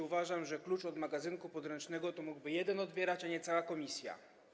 Uważam, że klucz od magazynku podręcznego to mógłby jeden odbierać, a nie cała komisja.